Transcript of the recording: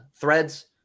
threads